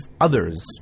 others